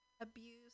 abuse